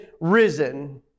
risen